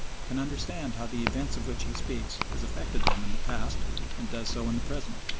can understand how the events of which he speaks has affected them in the past and does so in the present.